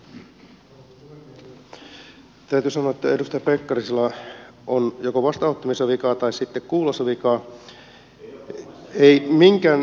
täytyy sanoa että edustaja pekkarisella on joko vastaanottimessa vikaa tai sitten kuulossa vikaa